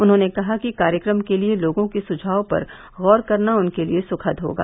उन्होंने कहा कि कार्यक्रम के लिए लोगों के सुझाव पर गौर करना उनके लिए सुखद होगा